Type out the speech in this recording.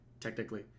Technically